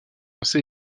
assez